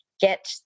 get